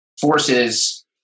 forces